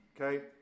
Okay